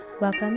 Welcome